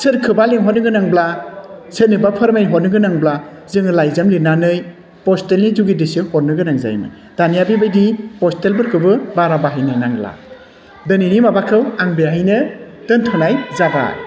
सोरखौबा लेंहरनो गोनांब्ला सोरनोबा फोरमायहरनो गोनांब्ला जोङो लाइजाम लिरनानै पसटेलनि जुगैदेसो हरनो गोनां जायोमोन दानिया बेबायदि पसटेलफोरखौबो बारा बाहायनो नांला दिनैनि माबाखौ आं बेहायनो दोन्थ'नाय जाबाय